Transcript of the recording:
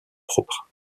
propres